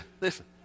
listen